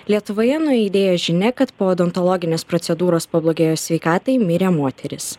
lietuvoje nuaidėjo žinia kad po odontologinės procedūros pablogėjus sveikatai mirė moteris